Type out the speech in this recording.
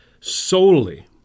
solely